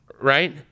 Right